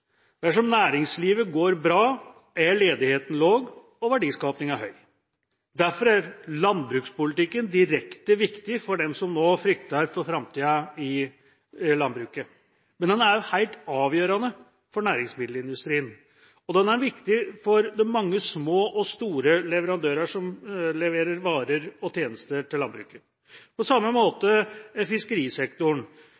Dersom næringslivet går bra, er ledigheten lav og verdiskapingen høy. Derfor er landbrukspolitikken direkte viktig for dem som nå frykter for framtida i landbruket. Men den er også helt avgjørende for næringsmiddelindustrien, og den er viktig for de mange små og store leverandørene som leverer varer og tjenester til landbruket. På samme